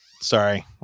Sorry